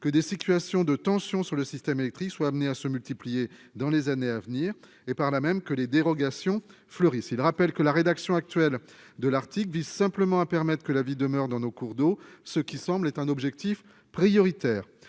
que des situations de tension sur le système électrique soit amené à se multiplier dans les années à venir, et par là même que les dérogations fleurissent, il rappelle que la rédaction actuelle de l'article vise simplement à permettre que la vie demeure dans nos cours d'eau, ce qui semble être un objectif prioritaire,